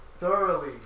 Thoroughly